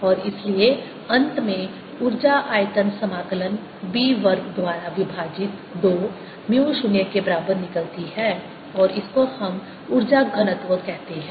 और इसलिए अंत में ऊर्जा आयतन समाकलन B वर्ग द्वारा विभाजित 2 म्यू 0 के बराबर निकलती है और इसको हम ऊर्जा घनत्व कहते हैं